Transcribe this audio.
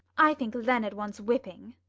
i think leonard wants whipping.